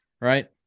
right